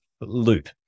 loop